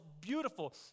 beautiful